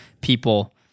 people